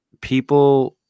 people –